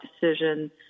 decision